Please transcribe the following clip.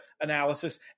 analysis